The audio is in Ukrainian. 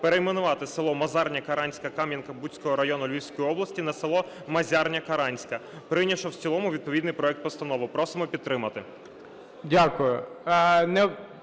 перейменувати село Мазарня-Каранська Кам'янка-Бузького району Львівської області на село Мазярня-Каранська, прийнявши в цілому відповідний проект постанови просимо підтримати.